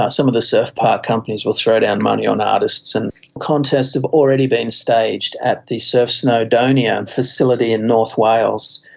ah some of the surf park companies will throw down money on artists, and contests have already been staged at the surf snowdonia facility in north wales.